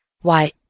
Why